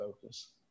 focus